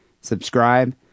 subscribe